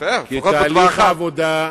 תהליך העבודה,